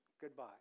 Goodbye